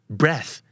breath